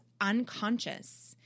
unconscious